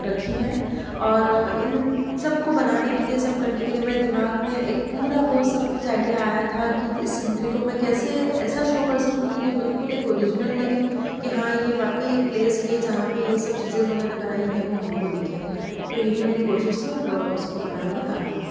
रखी है और इन सबको बनाने के लिए ये सब करने के लिए मेरे दिमाग में एक पूरा वो सबकुछ आईडिया आया था कि इस सिनरी को मैं कैसे ऐसा शो कर सकूँ कि ये बिल्कुल एक ओरिजिनल लगे कि हाँ ये वाकई एक प्लेस है जहाँ पर ये सब चीजें जो मैंने बनाई हैं वो हमको दिखें तो यही मेरी कोशिश थी और मैं उसको बनाने में कामयाब हो गई